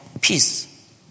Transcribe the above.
peace